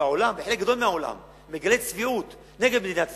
שהעולם וחלק גדול מהעולם מגלה צביעות נגד מדינת ישראל,